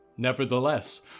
Nevertheless